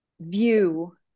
view